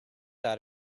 out